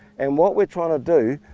and what we're trying to do,